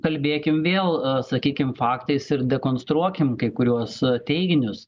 kalbėkim vėl sakykim faktais ir dekonstruokim kai kuriuos teiginius